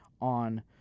on